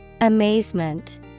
Amazement